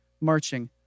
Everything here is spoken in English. marching